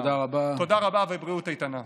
תודה רבה ובריאות איתנה.